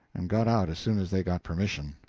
and got out as soon as they got permission.